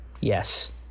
Yes